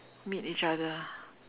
meet each other